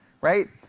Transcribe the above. right